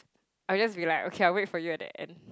I'll just be like okay I wait for you at the end